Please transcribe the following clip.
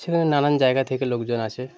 সেখানে নানান জায়গা থেকে লোকজন আসে